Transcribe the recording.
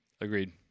Agreed